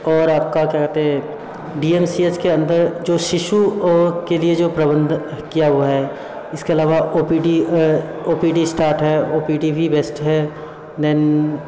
और आपका क्या कहते डी एम सी एच के अन्दर जो शिशु के लिए जो प्रबंध किया हुआ है इसके अलावा O P D O P D start है ओ पी डी भी बेस्ट है देन